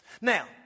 Now